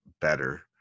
better